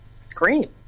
scream